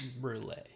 brulee